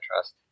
trust